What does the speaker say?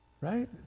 Right